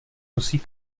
nosí